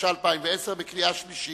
התש"ע 2010, בקריאה שלישית?